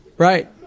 Right